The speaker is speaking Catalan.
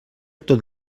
tot